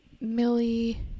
Millie